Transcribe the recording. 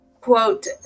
Quote